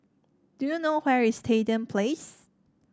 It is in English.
do you know where is Stadium Place